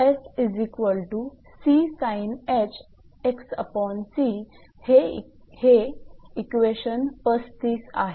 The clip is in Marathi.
हे 35 आहे